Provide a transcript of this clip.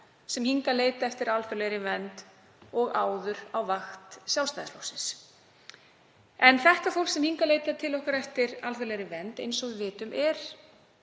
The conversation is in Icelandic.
sem hingað leita eftir alþjóðlegri vernd og áður á vakt Sjálfstæðisflokksins. Það fólk sem hingað leitar til okkar eftir alþjóðlegri vernd, eins og við vitum, er